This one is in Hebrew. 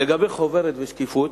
לגבי חוברת ושקיפות,